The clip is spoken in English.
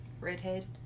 redhead